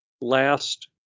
last